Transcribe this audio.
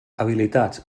habilitats